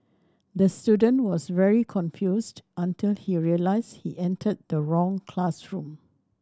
the student was very confused until he realised he entered the wrong classroom